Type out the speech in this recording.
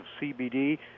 CBD